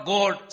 God